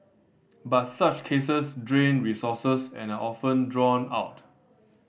but such cases drain resources and are often drawn out